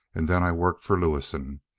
and then i worked for lewison.